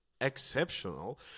exceptional